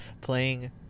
playing